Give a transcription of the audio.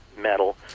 metal